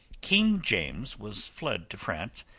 king james was fled to france,